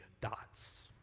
dots